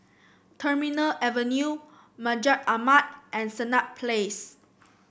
Terminal Avenue Masjid Ahmad and Senett Place